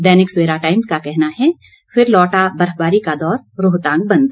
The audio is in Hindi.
दैनिक सवेरा टाइम्स का कहना है फिर लौटा बर्फबारी का दौर रोहतांग बंद